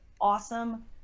awesome